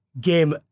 game